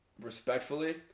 respectfully